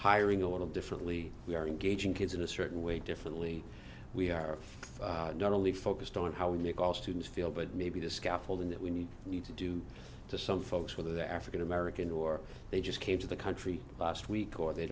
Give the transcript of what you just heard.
hiring a little differently we are engaging kids in a certain way differently we are not only focused on how we make all students feel but maybe the scaffolding that we need we need to do to some folks for the african american or they just came to the country last week or they